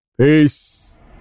Peace